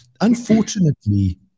unfortunately